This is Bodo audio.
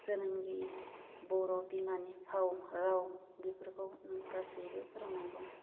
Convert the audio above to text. जोनोमगिरि बर' बिमानि फाव राव बिफोरखौनो गासैबो फोरोंनांगौ